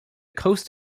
coast